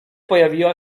pojawiła